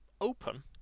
open